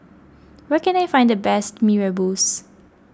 where can I find the best Mee Rebus